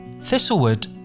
Thistlewood